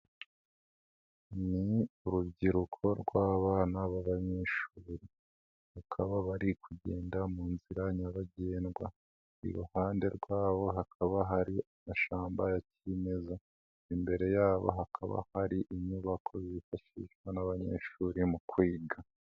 Ni urubyiruko rw'abana b'abanyeshuri, bakaba bari kugenda mu nzi nyabagendwa, iruhande rwabo hakaba hari amashamba ya kimeza, imbere yabo hakaba hari inyubako zifashishwa n'abanyeshuri mu kwiga.